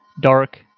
dark